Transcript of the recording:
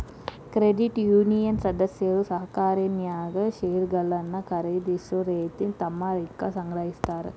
credit union ಸದಸ್ಯರು ಸಹಕಾರಿನ್ಯಾಗ್ ಷೇರುಗಳನ್ನ ಖರೇದಿಸೊ ರೇತಿ ತಮ್ಮ ರಿಕ್ಕಾ ಸಂಗ್ರಹಿಸ್ತಾರ್